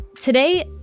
Today